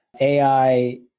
AI